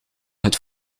het